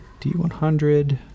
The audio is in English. D100